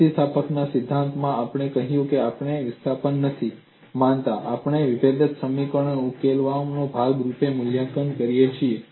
સ્થિતિસ્થાપકતાના સિદ્ધાંતમાં આપણે કહ્યું કે આપણે વિસ્થાપન નથી માનતા આપણે વિભેદક સમીકરણો ઉકેલવાના ભાગરૂપે મૂલ્યાંકન કરીએ છીએ